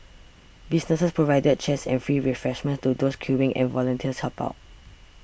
businesses provided chairs and free refreshments to those queuing and volunteers helped out